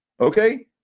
Okay